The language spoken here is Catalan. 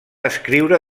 escriure